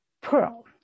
pearl